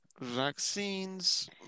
vaccines